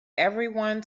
everyone